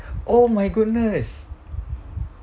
oh my goodness